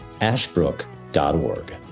ashbrook.org